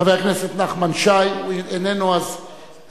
חבר הכנסת נחמן שי, איננו, אז,